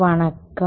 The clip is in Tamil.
வணக்கம்